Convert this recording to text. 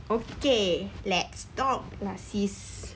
okay let's talk lah sis